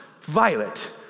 Violet